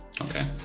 Okay